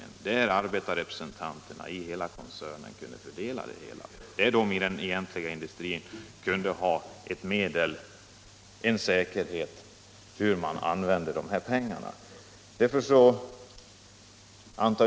På så sätt skulle arbetstagarrepresentanterna i hela koncernen — och därmed arbetarna i den egentliga industrin — kunna fördela pengarna.